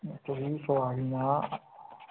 त्रीह् सवारियां